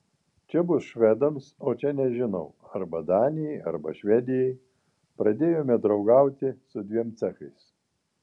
čia bus švedams o čia nežinau arba danijai arba švedijai pradėjome draugauti su dviem cechais